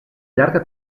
llarga